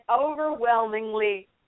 overwhelmingly